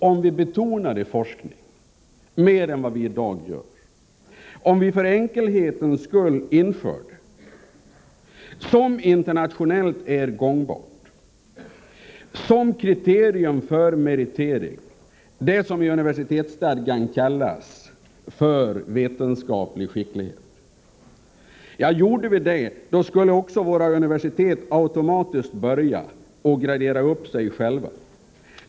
Om vi betonade forskningen mer än vi gör i dag och om vi för enkelhetens skull införde som kriterium för meritering — något som är internationellt gångbart — det som i universitetsstadgan kallas för vetenskaplig skicklighet, skulle våra universitet automatiskt börja gradera upp sig själva.